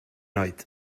oed